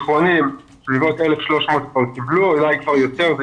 בסביבות 1,300 כבר קיבלו, אולי כבר יותר.